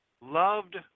loved